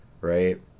right